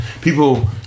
people